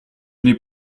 n’ai